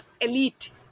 elite